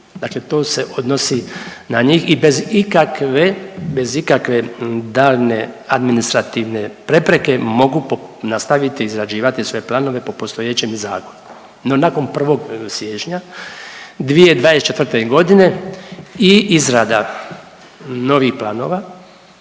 dakle to se odnosi na njih i bez ikakve, bez ikakve daljnje administrativne prepreke mogu nastaviti izrađivati svoje planove po postojećem zakonu. No nakon 1. siječnja 2024.g. i izrada novih planova